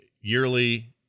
yearly